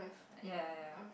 ya ya ya